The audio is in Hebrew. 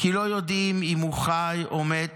כי לא יודעים אם הוא חי או מת.